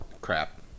Crap